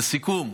לסיכום,